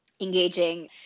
engaging